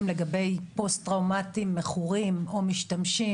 לגבי פוסט-טראומטיים מכורים או משתמשים.